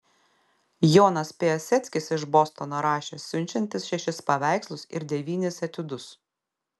jonas piaseckis iš bostono rašė siunčiantis šešis paveikslus ir devynis etiudus